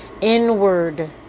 inward